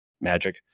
magic